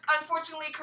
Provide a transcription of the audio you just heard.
unfortunately